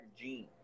gene